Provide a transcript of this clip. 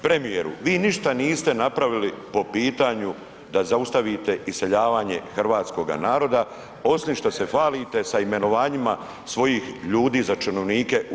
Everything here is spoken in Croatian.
Premijeru, vi ništa niste napravili po pitanju da zaustavite iseljavanje hrvatskoga naroda osim što se hvalite sa imenovanjima svojih ljudi za činovnike u EU.